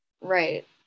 Right